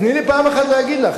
תני לי פעם אחת להגיד לך.